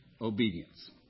obedience